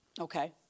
Okay